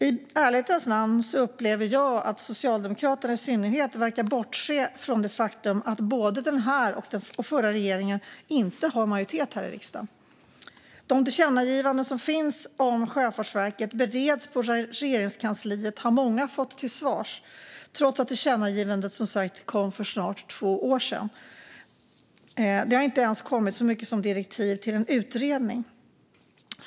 I ärlighetens namn upplever jag att Socialdemokraterna i synnerhet bortser från det faktum att den här regeringen, liksom den förra, inte har majoritet här i riksdagen. Många har fått till svar att de tillkännagivanden som finns om Sjöfartsverket bereds på Regeringskansliet, trots att tillkännagivandet kom för snart två år sedan. Det har inte ens kommit så mycket som direktiv till en utredning.